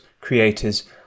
creators